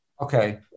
Okay